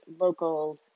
local